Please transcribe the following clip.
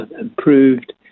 Improved